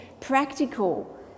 practical